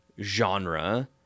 genre